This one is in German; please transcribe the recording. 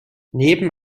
neben